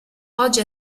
oggi